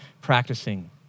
practicing